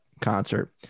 concert